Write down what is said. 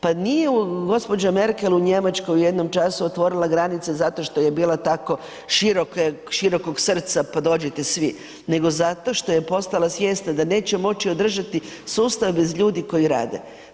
Pa nije gospođa Merkel u Njemačkoj u jednom času otvorila granice zato što je bila tako širokog srca pa dođite svi, nego zato što je postala svjesna da neće moći održati sustav bez ljudi koji rade.